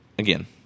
Again